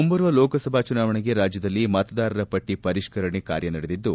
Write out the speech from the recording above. ಮುಂಬರುವ ಲೋಕಸಭಾ ಚುನಾವಣೆಗೆ ರಾಜ್ಯದಲ್ಲಿ ಮತದಾರರ ಪಟ್ಟಿ ಪರಿಷ್ಠರಣೆ ಕಾರ್ಯ ನಡೆದಿದ್ದು